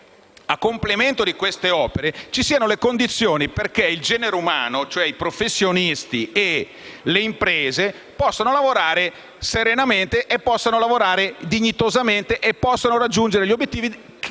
a complemento di queste opere ci siano le condizioni affinché il genere umano, cioè i professionisti e le imprese, possano lavorare serenamente e dignitosamente e raggiungere gli obiettivi che sono